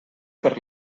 per